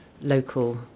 local